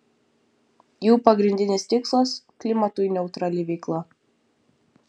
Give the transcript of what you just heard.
jų pagrindinis tikslas klimatui neutrali veikla